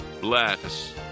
bless